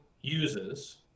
uses